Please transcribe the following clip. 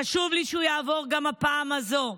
חשוב לי שהוא יעבור גם הפעם הזו.